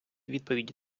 відповідь